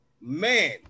man